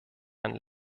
herrn